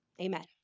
Amen